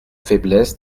faiblesse